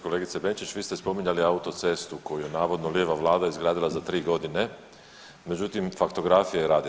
Kolegice Benčić, vi ste spominjali autocestu koju je navodno lijeva vlada izgradila za 3.g., međutim faktografi je rade.